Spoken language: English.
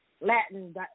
Latin